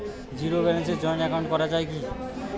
Zero ব্যালেন্সে joint account করা য়ায় কি?